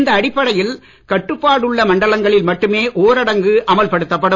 இந்த அடிப்படையில் கட்டுப்பாடுள்ள மண்டலங்களில் மட்டுமே ஊரடங்கு அமல்படுத்தப்படும்